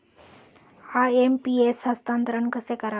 IMPS हस्तांतरण कसे करावे?